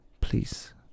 Please